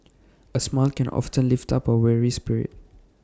A smile can often lift up A weary spirit